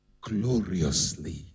gloriously